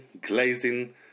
glazing